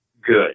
good